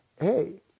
hey